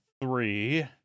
three